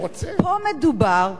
פה מדובר,